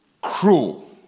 cruel